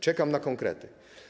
Czekam na konkrety.